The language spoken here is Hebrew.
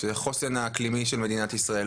שזה החוסן האקלימי של מדינת ישראל,